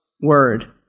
word